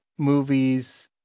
Movies